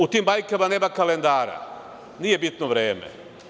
U tim bajkama nema kalendara, nije bitno vreme.